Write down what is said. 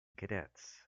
cadets